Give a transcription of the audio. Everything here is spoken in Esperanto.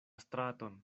straton